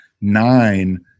nine